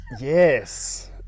Yes